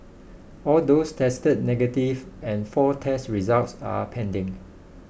all those tested negative and four test results are pending